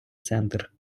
центр